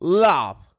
love